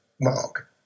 mark